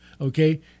okay